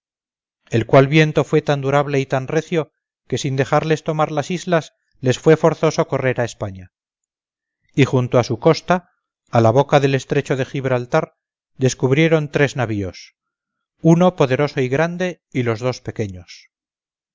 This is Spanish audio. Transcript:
el cual viento fue tan durable y tan recio que sin dejarles tomar las islas les fue forzoso correr a españa y junto a su costa a la boca del estrecho de gibraltar descubrieron tres navíos uno poderoso y grande y los dos pequeños